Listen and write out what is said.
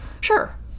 Sure